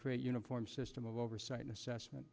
create uniform system of oversight assessment